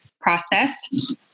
process